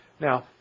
Now